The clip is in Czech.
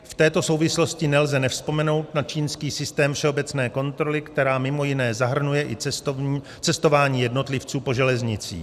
V této souvislosti nelze nevzpomenout čínský systém všeobecné kontroly, která mimo jiné zahrnuje i cestování jednotlivců po železnicích.